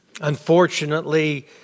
unfortunately